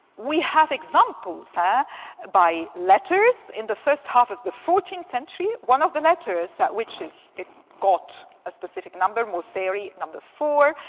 we have examples ah by letters in the first half of the fourteenth century. one of the letters, which it got a specific number, mussary number four,